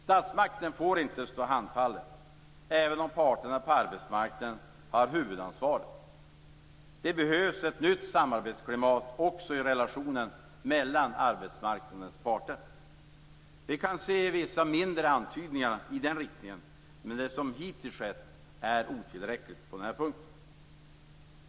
Statsmakten får inte stå handfallen, även om parterna på arbetsmarknaden har huvudansvaret. Det behövs ett nytt samarbetsklimat också i relationen mellan arbetsmarknadens parter. Vi kan se vissa mindre antydningar i den riktningen. Men det som hittills skett på den här punkten är otillräckligt.